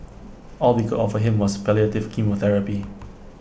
all we could offer him was palliative chemotherapy